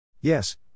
Yes